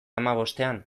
hamabostean